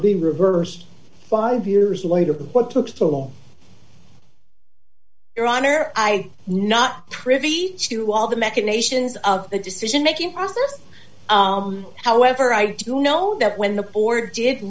be reversed five years later what took so long your honor i not privy to all the machinations of the decision making process however i do know that when the board did